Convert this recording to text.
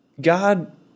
God